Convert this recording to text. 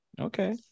Okay